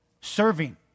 Serving